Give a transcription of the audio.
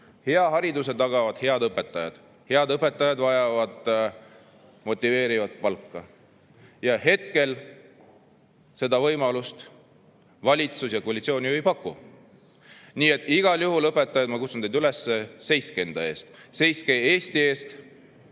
Hea hariduse tagavad head õpetajad, head õpetajad vajavad motiveerivat palka. Hetkel seda võimalust valitsus ja koalitsioon ei paku. Nii et igal juhul, õpetajad, ma kutsun teid üles: seiske enda eest, seiske Eesti eest.